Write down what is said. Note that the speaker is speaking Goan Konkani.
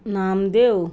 नामदेव